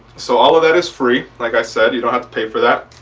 so all of that is free like i said you don't have to pay for that.